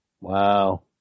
Wow